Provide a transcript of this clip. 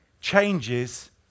changes